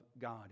God